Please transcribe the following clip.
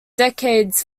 decades